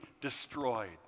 destroyed